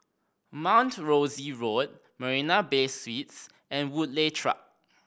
Mount Rosie Road Marina Bay Suites and Woodleigh Track